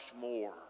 more